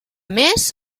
més